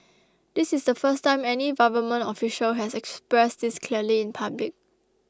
this is the first time any government official has expressed this clearly in public